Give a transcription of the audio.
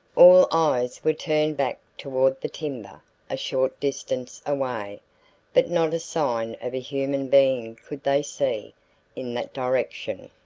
all eyes were turned back toward the timber a short distance away, but not a sign of a human being could they see in that direction.